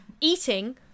eating